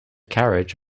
carriage